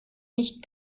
nicht